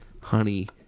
honey